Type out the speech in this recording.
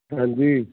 ਹਾਂਜੀ